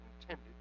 intended